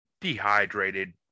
dehydrated